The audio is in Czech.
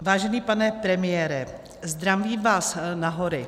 Vážený pane premiére, zdravím vás na hory.